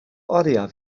oriau